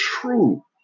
true